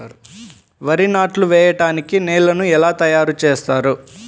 వరి నాట్లు వేయటానికి నేలను ఎలా తయారు చేస్తారు?